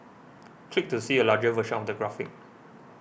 click to see a larger version of the graphic